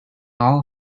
all